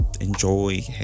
enjoy